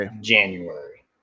January